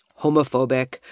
homophobic